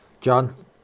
John